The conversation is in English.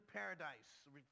paradise